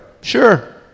Sure